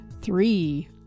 three